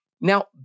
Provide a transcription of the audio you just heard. Now